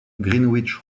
greenwich